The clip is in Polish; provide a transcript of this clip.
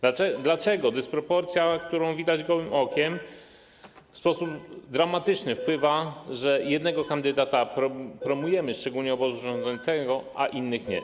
Dlaczego dysproporcja, którą widać gołym okiem, w sposób dramatyczny wpływa na to, że jednego kandydata promujemy, szczególnie obozu rządzącego, a innych nie?